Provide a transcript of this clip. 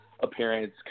appearance